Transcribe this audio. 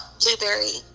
blueberry